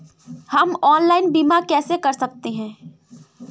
हम ऑनलाइन बीमा कैसे कर सकते हैं?